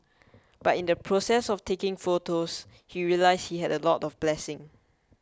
but in the process of taking photos he realised he had a lot of blessings